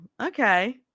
okay